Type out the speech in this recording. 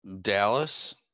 Dallas